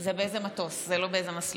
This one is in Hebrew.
זה באיזה מטוס, זה לא באיזה מסלול.